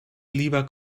lieber